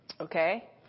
Okay